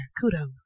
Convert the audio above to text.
kudos